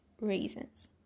raisins